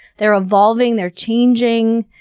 they're evolving, they're changing.